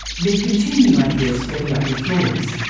they continue like this for the upper floors.